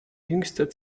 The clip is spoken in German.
jüngster